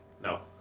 No